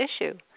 issue